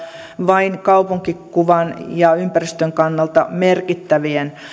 vain kaupunkikuvan ja ympäristön kannalta merkittävien